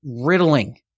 riddling